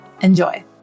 Enjoy